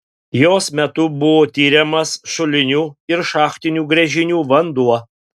jos metu buvo tiriamas šulinių ir šachtinių gręžinių vanduo